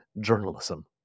journalism